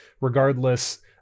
regardless